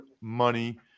money